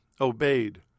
obeyed